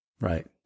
right